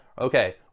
okay